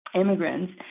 immigrants